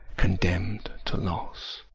condemn'd to loss!